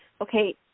okay